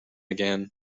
again